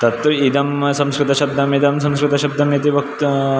तत्तु इदं संस्कृत शब्दम् इदं संस्कृतशब्दम् इति वक्त